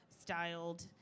styled